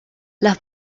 las